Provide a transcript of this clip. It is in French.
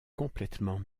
complètement